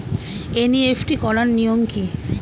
NEFT করার নিয়ম কী?